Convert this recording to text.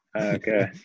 Okay